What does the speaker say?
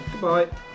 goodbye